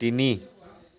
তিনি